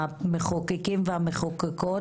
המחוקקים והמחוקקות,